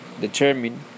determine